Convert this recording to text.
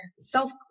self